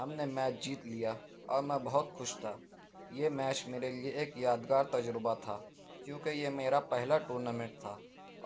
ہم نے میچ جیت لیا اور میں بہت خوش تھا یہ میچ میرے لئے ایک یادگار تجربہ تھا کیونکہ یہ میرا پہلا ٹورنامنٹ تھا